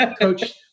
Coach